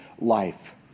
life